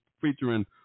featuring